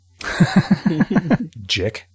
Jick